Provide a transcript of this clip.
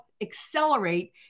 accelerate